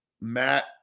Matt